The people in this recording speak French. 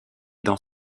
dans